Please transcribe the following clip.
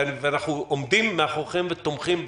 ואנחנו עומדים מאחוריכם ותומכים בכם,